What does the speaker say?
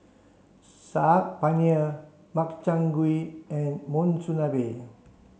Saag Paneer Makchang Gui and Monsunabe